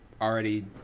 already